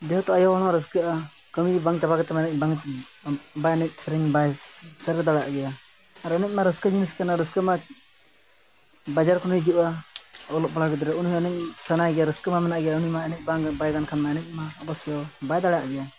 ᱡᱮᱦᱮᱛᱩ ᱟᱭᱳ ᱦᱚᱲᱦᱚᱸ ᱨᱟᱹᱥᱠᱟᱹᱜᱼᱟ ᱠᱟᱹᱢᱤ ᱵᱟᱝ ᱪᱟᱵᱟ ᱠᱟᱛᱮ ᱦᱚᱸ ᱢᱮᱱᱟ ᱵᱟᱝ ᱵᱟᱭ ᱮᱱᱮᱡ ᱥᱮᱨᱮᱧ ᱵᱟᱭ ᱥᱮᱴᱮᱨ ᱫᱟᱲᱮᱭᱟᱜ ᱜᱮᱭᱟ ᱟᱨ ᱮᱱᱮᱡᱢᱟ ᱨᱟᱹᱥᱠᱟᱹ ᱡᱤᱱᱤᱥ ᱠᱟᱱᱟ ᱨᱟᱹᱥᱠᱟᱹ ᱢᱟ ᱵᱟᱡᱟᱨ ᱠᱷᱚᱱᱮ ᱦᱤᱡᱩᱜᱼᱟ ᱚᱞᱚᱜ ᱯᱟᱲᱦᱟᱜ ᱜᱤᱫᱽᱨᱟᱹ ᱩᱱᱤ ᱦᱚᱸ ᱮᱱᱮᱡ ᱥᱟᱱᱟᱭᱮ ᱜᱮᱭᱟ ᱨᱟᱹᱥᱠᱟᱹ ᱢᱟ ᱢᱮᱱᱟᱜ ᱜᱮᱭᱟ ᱩᱱᱤᱢᱟ ᱮᱱᱮᱡ ᱵᱟᱝ ᱵᱟᱭ ᱜᱟᱱ ᱠᱷᱟᱱᱢᱟ ᱮᱱᱮᱡ ᱢᱟ ᱚᱵᱚᱥᱥᱳ ᱵᱟᱭ ᱫᱟᱲᱮᱭᱟᱜ ᱜᱮᱭᱟ